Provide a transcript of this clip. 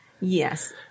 Yes